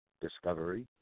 discovery